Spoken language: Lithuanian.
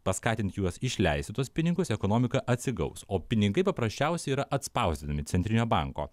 paskatint juos išleisti tuos pinigus ekonomika atsigaus o pinigai paprasčiausiai yra atspausdinami centrinio banko